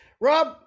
Rob